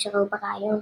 או שראו ברעיון